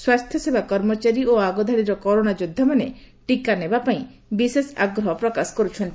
ସ୍ୱାସ୍ଥ୍ୟସେବା କର୍ମଚାରୀ ଓ ଆଗଧାଡିର କରୋନା ଯୋଦ୍ଧାମାନେ ଟିକା ନେବାପାଇଁ ବିଶେଷ ଆଗ୍ରହ ପ୍ରକାଶ କରୁଛନ୍ତି